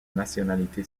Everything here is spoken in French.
nationalité